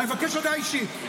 אני מבקש הודעה אישית.